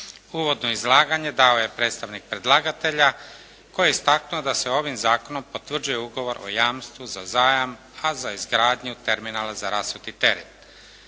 Uvodno izlaganje dao je predstavnik predlagatelja koji je istaknuo da se ovim zakonom potvrđuje Ugovor o jamstvu za zajam a za izgradnju terminala za rasuti teret.